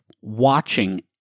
watching